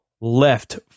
left